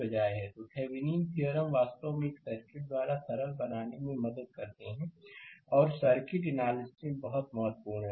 slide समय देखें 0602 तो थेविनीन थ्योरम वास्तव में एक सर्किट द्वारा सरल बनाने में मदद करते हैं और सर्किट एनालिसिस में बहुत महत्वपूर्ण है